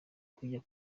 kujya